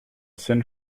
seine